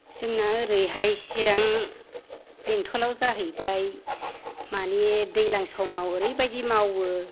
जोंना ओरैहाय चिरां बेंथलाव जाहैबाय माने दैज्लां समाव ओरैबायदि मावो